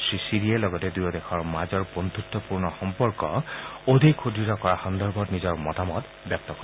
শ্ৰীশ্বিৰে লগতে দুয়ো দেশৰ মাজৰ বন্ধুত্বপূৰ্ণ সম্পৰ্ক অধিক সুদঢ় কৰাৰ সন্দৰ্ভত নিজৰ মতামত ব্যক্ত কৰে